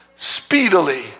speedily